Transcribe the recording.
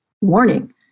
warning